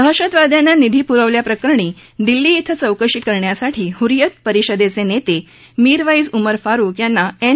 दहशतवाद्यांना निधी पुरवल्याप्रकरणी दिल्ली इथं चौकशी करण्यासाठी हुर्यीयत परिषदेचे नेते मीरवाईज उमर फारूख यांना एन